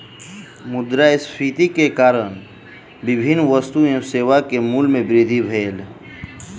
मुद्रास्फीति के कारण विभिन्न वस्तु एवं सेवा के मूल्य में वृद्धि भेल